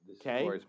Okay